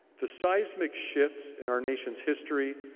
the seismic shifts in our nation's history,